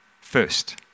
first